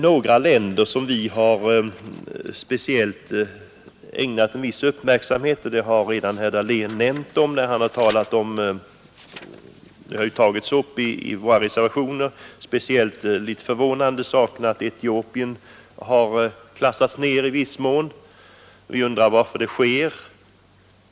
Några länder har vi ägnat speciell uppmärksamhet i våra reservationer, vilket herr Dahlén redan har nämnt. Litet förvånande är att Etiopien i viss mån har klassats ned. Vi undrar varför.